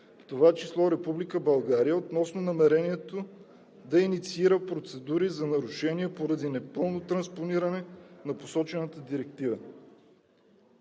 България, относно намерението да инициира процедури за нарушение поради непълно транспониране на посочената директива.